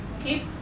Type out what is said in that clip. Okay